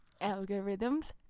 Algorithms